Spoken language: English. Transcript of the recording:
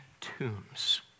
tombs